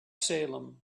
salem